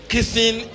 Kissing